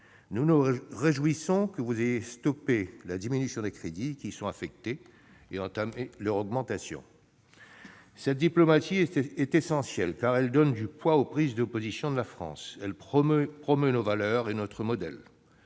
Nous nous réjouissons que vous ayez stoppé la diminution des crédits qui y sont affectés et recommencé à les faire augmenter. Cette diplomatie est essentielle, car elle donne du poids aux prises de position de la France. Elle promeut nos valeurs et notre modèle.